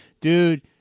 Dude